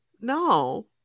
No